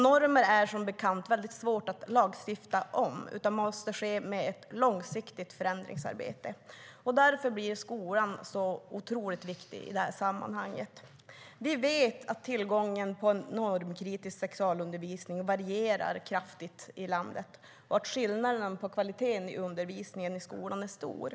Normer är det som bekant svårt att lagstifta om, utan det behövs ett långsiktigt förändringsarbete. Därför blir skolan otroligt viktig i sammanhanget. Vi vet att tillgången till normkritisk sexualundervisning varierar kraftigt i landet och att skillnaden i kvalitet i undervisningen i skolan är stor.